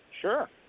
Sure